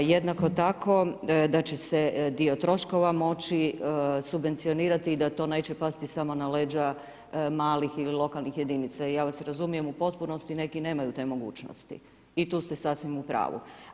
Jednako tako da će se dio troškova moći subvencionirati i da to neće pasti samo na leđa malih ili lokalnih jedinica i ja vas razumijem u potpunosti, neki nemaju te mogućnosti i tu ste sasvim u pravu.